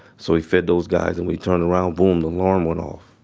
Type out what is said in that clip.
so, he fed those guys and we turn around, boom, the alarm went off